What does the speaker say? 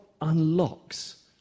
unlocks